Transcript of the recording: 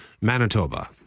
Manitoba